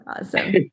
awesome